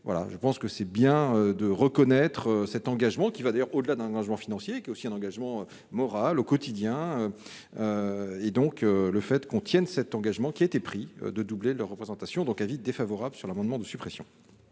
je pense que c'est bien de reconnaître cet engagement qui va d'ailleurs au-delà d'un engagement financier qui est aussi un engagement moral au quotidien et donc le fait qu'on tienne cet engagement qui a été pris de doubler leur représentation, donc avis défavorable sur l'amendement de suppression.